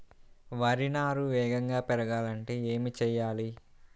వరి నారు వేగంగా పెరగాలంటే ఏమి చెయ్యాలి?